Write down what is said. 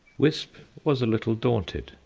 wisp was a little daunted,